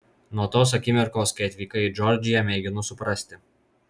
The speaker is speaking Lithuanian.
nuo tos akimirkos kai atvykai į džordžiją mėginu suprasti